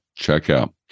checkout